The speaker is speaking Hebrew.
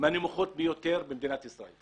היא מהנמוכות ביותר במדינת ישראל.